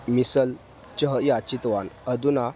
मिसल् च याचितवान् अधुना